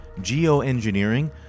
Geoengineering